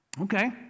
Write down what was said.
Okay